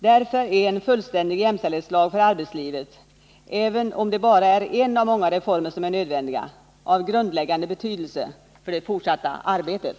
Därför är en fullständig jämställdhetslag för arbetslivet — även om den bara är en av många reformer som är nödvändiga — av grundläggande betydelse för det fortsatta arbetet.